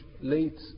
late